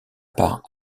par